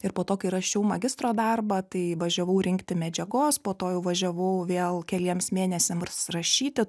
ir po to kai rašiau magistro darbą tai važiavau rinkti medžiagos po to jau važiavau vėl keliems rašyti